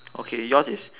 okay yours is